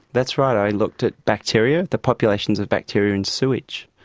that's right, i looked at bacteria, the populations of bacteria in sewage.